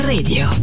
Radio